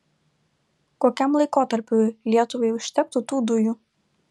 kokiam laikotarpiui lietuvai užtektų tų dujų